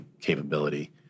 capability